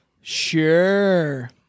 Sure